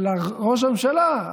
אבל ראש הממשלה,